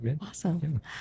awesome